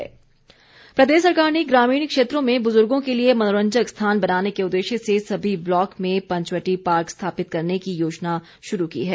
वीरेन्द्र कंवर प्रदेश सरकार ने ग्रामीण क्षेत्रों में बुज़ुर्गो के लिए मनोरंजक स्थान बनाने के उददेश्य से सभी ब्लॉक में पंचवटी पार्क स्थापित करने की योजना शुरू की है